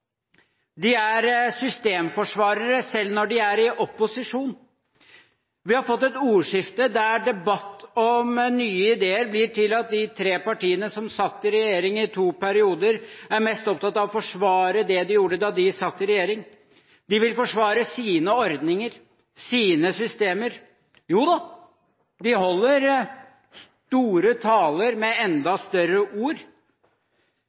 De er systemforsvarere selv når de er i opposisjon. Vi har fått et ordskifte der debatt om nye ideer blir til at de tre partiene som satt i regjering i to perioder, er mest opptatt av å forsvare det de gjorde da de satt i regjering. De vil forsvare sine ordninger, sine systemer. Jo da, de holder store taler med enda større ord.